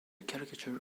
caricature